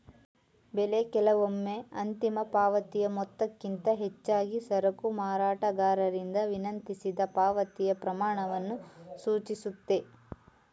ಬೆಲೆ ಕೆಲವೊಮ್ಮೆ ಅಂತಿಮ ಪಾವತಿ ಮೊತ್ತಕ್ಕಿಂತ ಹೆಚ್ಚಾಗಿ ಸರಕು ಮಾರಾಟಗಾರರಿಂದ ವಿನಂತಿಸಿದ ಪಾವತಿಯ ಪ್ರಮಾಣವನ್ನು ಸೂಚಿಸುತ್ತೆ